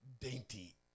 dainty